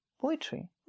poetry